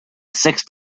sixth